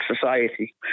society